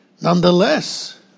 nonetheless